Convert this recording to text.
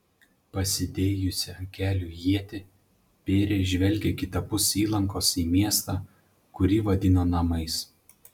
pasidėjusi ant kelių ietį pėrė žvelgė kitapus įlankos į miestą kurį vadino namais